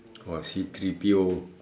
or C three P_O